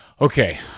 Okay